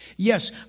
Yes